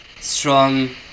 strong